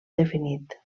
definit